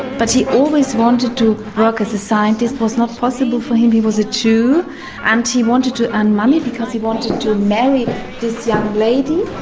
but he always wanted to work as a scientist, it was not possible for him, he was a jew and he wanted to earn money because he wanted to marry this young lady